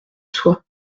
soit